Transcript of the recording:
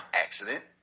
accident